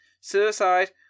suicide